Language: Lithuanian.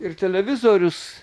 ir televizorius